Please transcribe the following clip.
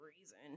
reason